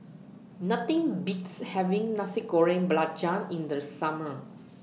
Nothing Beats having Nasi Goreng Belacan in The Summer